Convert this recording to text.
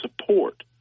support